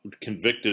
Convicted